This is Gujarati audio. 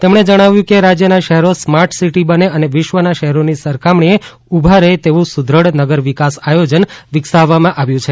તેમણે જણાવ્યું કે રાજ્યના શહેરો સ્માર્ટ સીટી બને અને વિશ્વના શહેરોની સરખામણીએ ઉભા રહે તેવું સુદ્રઢ નગર વિકાસ આયોજન વિકસાવવામાં આવ્યું છે